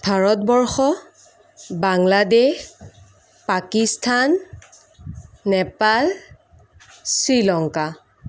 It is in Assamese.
ভাৰতবৰ্ষ বাংলাদেশ পাকিস্তান নেপাল শ্ৰীলংকা